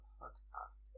podcast